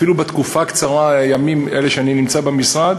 אפילו בתקופה הקצרה, בימים אלה שאני נמצא במשרד,